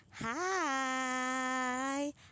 Hi